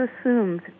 assumed